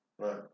Right